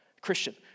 Christian